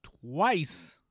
twice